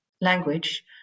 language